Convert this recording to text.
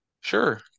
Sure